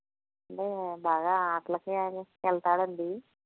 బాగా ఆటలకి అట్లా వెళ్తాడండి